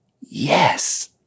Yes